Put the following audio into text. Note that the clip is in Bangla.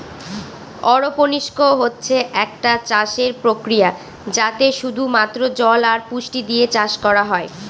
অরপনিক্স হচ্ছে একটা চাষের প্রক্রিয়া যাতে শুধু মাত্র জল আর পুষ্টি দিয়ে চাষ করা হয়